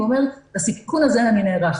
הוא אומר: לסיכון הזה אני נערך,